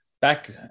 back